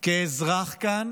כאזרח כאן